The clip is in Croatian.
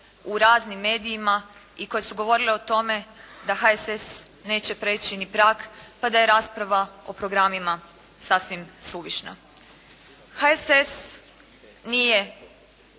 u raznim medijima i koje su govorile o tome da HSS neće prijeći ni prag, pa da je rasprava o programima sasvim suvišna. HSS nije